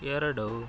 ಎರಡು